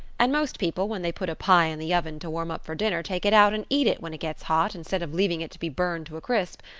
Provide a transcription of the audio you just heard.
and most people when they put a pie in the oven to warm up for dinner take it out and eat it when it gets hot instead of leaving it to be burned to a crisp.